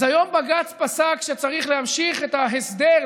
אז היום בג"ץ פסק שצריך להמשיך את ההסדר,